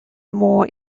more